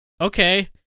okay